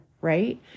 right